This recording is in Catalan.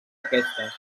aquestes